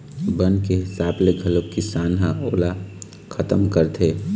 बन के हिसाब ले घलोक किसान ह ओला खतम करथे